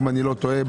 אם אני לא טועה,